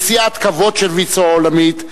נשיאת כבוד של ויצו העולמית,